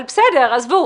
בסדר.